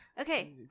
Okay